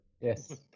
Yes